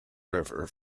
river